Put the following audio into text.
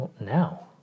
now